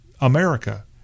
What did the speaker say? America